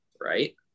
right